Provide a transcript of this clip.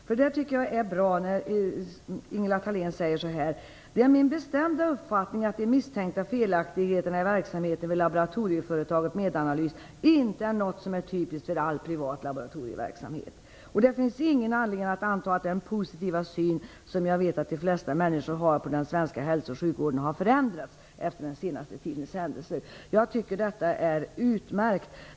Jag tycker att det är bra när Ingela Thalén säger så här: "Det är min bestämda uppfattning att de misstänkta felaktigheterna i verksamheten vid laboratorieföretaget Medanalys inte är något som är typiskt för all privat laboratorieverksamhet. Det finns ingen anledning att anta att den positiva syn som jag vet att de flesta människor har på den svenska hälso och sjukvården har förändrats efter den senaste tidens händelser." Jag tycker att detta är utmärkt.